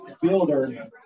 fielder